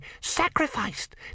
sacrificed